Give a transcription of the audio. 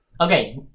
Okay